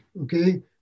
Okay